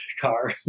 car